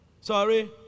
Sorry